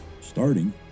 starting